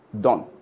Done